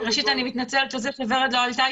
ראשית אני מתנצלת שוורד לא עלתה,